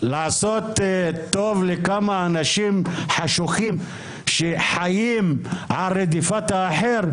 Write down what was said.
לעשות טוב לכמה אנשים חשוכים שחיים על רדיפת האחר,